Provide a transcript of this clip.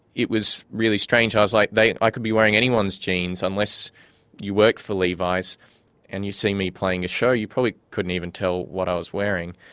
it was really strange. i was like i could be wearing anyone's jeans, unless you worked for levis and you see me playing a show, you probably couldn't even tell what i was wearing,